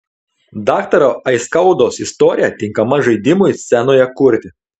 daktaro aiskaudos istorija tinkama žaidimui scenoje kurti